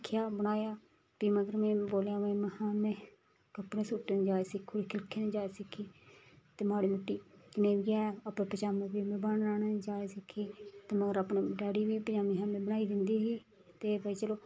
सिक्खेआ बनाया फ्ही मगर में बोलेआ महां में कपड़े सूटें दी जाच सिक्खुड़ी खिलके दी जाच सिक्खी ते माड़ी मुट्टी जनेह् बी हैन अपने पजामें पुजुमें बनाने दी जाच सिक्खी ते मगर अपने डैडी गी बी पजामें श्जामे बनाई दिंदी ही ते भाई चलो